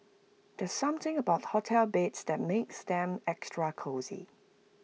there's something about hotel beds that makes them extra cosy